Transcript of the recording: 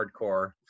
hardcore